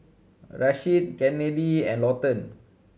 Rasheed Kennedi and Lawton